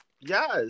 Yes